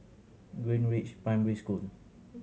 Greenridge Primary School